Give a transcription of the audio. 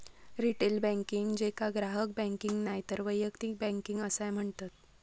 retail banking, जेका ग्राहक banking नायतर वैयक्तिक बँकिंग असाय म्हणतत